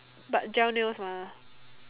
but gel nails mah